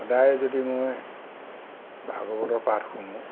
সদায় যদি মই ভাগৱতৰ পাঠ শুনো